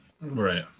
Right